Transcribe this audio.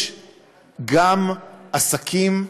שיש גם עסקים,